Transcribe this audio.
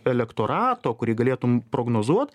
elektorato kurį galėtum prognozuot